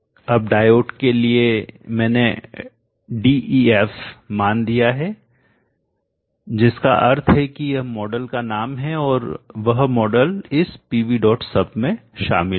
अब डायोड के लिए मैंने Def मान दिया है जिसका अर्थ है कि यह मॉडल का मान है और वह मॉडल इस pvsub में शामिल होगा